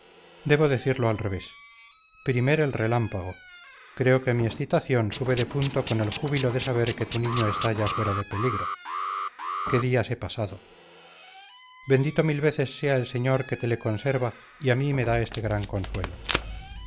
debo decirlo al revés primer el relámpago creo que mi excitación sube de punto con el júbilo de saber que tu niño está ya fuera de peligro qué días he pasado bendito mil veces sea el señor que te le conserva y a mí me da este gran consuelo